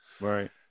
right